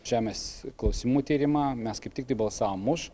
žemės klausimų tyrimą mes kaip tiktai balsavom už